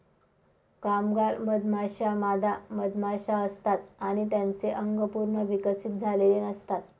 कामगार मधमाश्या मादा मधमाशा असतात आणि त्यांचे अंग पूर्ण विकसित झालेले नसतात